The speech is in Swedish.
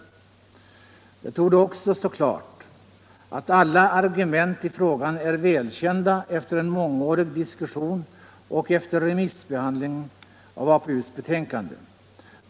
Det torde också stå klart att alla argument i frågan är väl kända efter en mångårig diskussion och efter remissbehandlingen av APU:s betänkande.